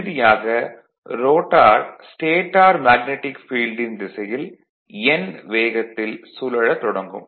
இறுதியாக rotor stator magnetic ஃபீல்டின் திசையில் n வேகத்தில் சுழல தொடங்கும்